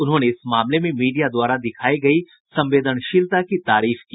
उन्होंने इस मामले में मीडिया द्वारा दिखाई गयी संवेदनशीलता की तारीफ की